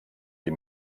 die